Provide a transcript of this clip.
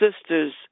sisters